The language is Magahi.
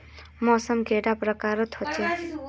मौसम कैडा प्रकारेर होचे?